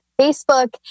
Facebook